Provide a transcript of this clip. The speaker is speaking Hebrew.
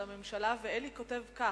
ואלי כותב כך: